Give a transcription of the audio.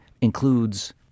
includes